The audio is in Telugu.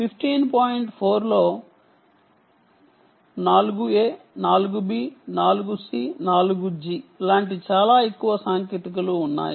4 లో 4 a 4 b 4 c 4 g లాంటి చాలా ఎక్కువ సాంకేతికతలు ఉన్నాయి